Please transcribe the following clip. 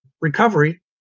recovery